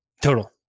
Total